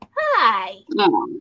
hi